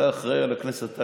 אתה אחראי על הכנסת,